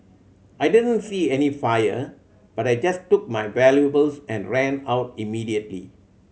I didn't see any fire but I just took my valuables and ran out immediately